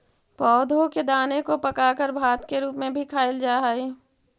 पौधों के दाने को पकाकर भात के रूप में भी खाईल जा हई